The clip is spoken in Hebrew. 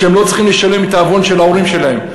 שלא צריכים לשלם את העוון של ההורים שלהם.